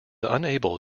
unable